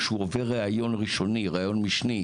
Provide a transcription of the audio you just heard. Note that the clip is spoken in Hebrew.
כשהוא עובד ראיון ראשוני, ראיון משני,